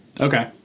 Okay